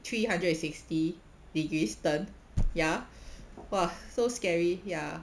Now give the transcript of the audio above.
three hundred sixty degrees turn ya !whoa! so scary ya